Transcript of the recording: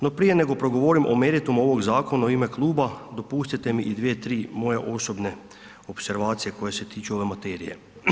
No prije nego progovorim o meritumu ovog zakona u ime kluba, dopustite mi i dvije, tri moje osobne opservacije koje se tiču ove materije.